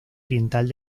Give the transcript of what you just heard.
oriental